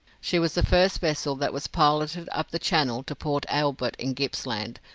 she was the first vessel that was piloted up the channel to port albert in gippsland,